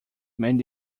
many